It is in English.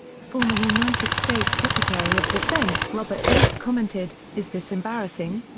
former united states secretary of defense robert gates commented, is this embarrassing?